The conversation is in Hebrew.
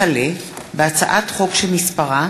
נורית קורן, איציק שמולי,